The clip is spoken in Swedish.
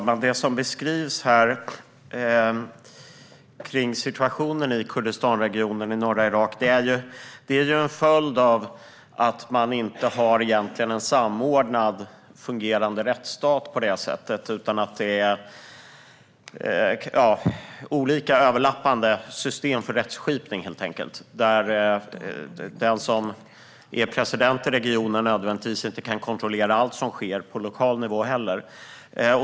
Fru talman! Den situation som beskrivs i Kurdistanregionen i norra Irak är en följd av att man inte har en samordnad, fungerande rättsstat, utan det är olika, överlappande system för rättsskipning, helt enkelt. Den som är president i regionen kan inte nödvändigtvis kontrollera allt som sker på lokal nivå.